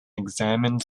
examined